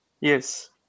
Yes